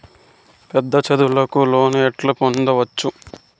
పెద్ద చదువులకు లోను ఎట్లా పొందొచ్చు